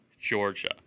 Georgia